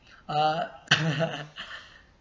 uh